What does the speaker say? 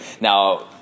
Now